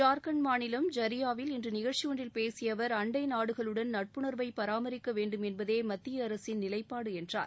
ஜார்க்கண்ட் மாநிலம் ஜரியாவில் இன்று நிகழ்ச்சி ஒன்றில் பேசிய அவர் அண்டை நாடுகளுடன் நட்புணர்வை பராமரிக்க வேண்டும் என்பதே மத்திய அரசின் நிலைப்பாடு என்றார்